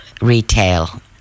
retail